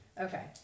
Okay